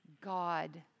God